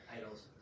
Idols